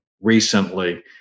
recently